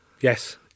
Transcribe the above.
Yes